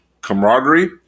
camaraderie